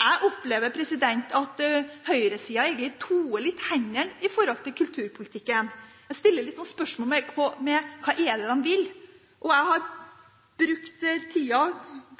Jeg opplever at høyresiden toer sine hender litt når det gjelder kulturpolitikken. Jeg stiller spørsmål om hva det er de vil. Jeg har brukt tida